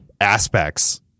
aspects